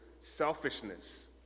selfishness